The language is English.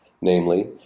namely